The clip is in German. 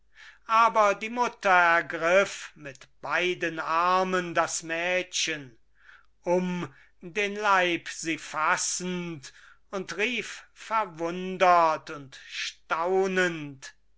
aber die mutter ergriff mit beiden armen das mädchen um den leib sie fassend und rief verwundert und staunend